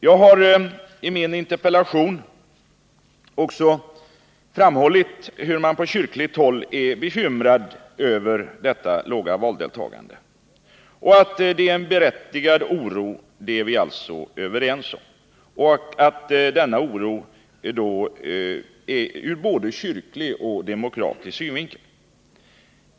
Jag har i min interpellation också framhållit att man på kyrkligt håll är bekymrad över det låga valdeltagandet. Att det är en berättigad oro både ur kyrklig och ur demokratisk synvinkel är vi alltså överens om.